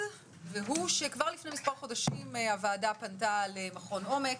כבר לפני מספר חודשים הוועדה פנתה למכון עומק